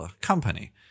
company